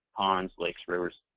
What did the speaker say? ponds, lakes, rivers,